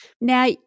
Now